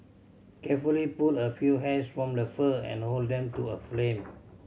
carefully pull a few hairs from the fur and hold them to a flame